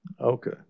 Okay